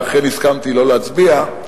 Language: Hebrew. לכן הסכמתי לא להצביע,